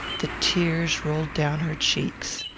the tears rolled down her cheeks.